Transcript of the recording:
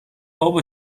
بابا